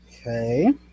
Okay